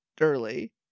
early